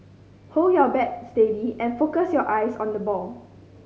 hold your bat steady and focus your eyes on the ball